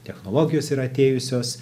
technologijos yra atėjusios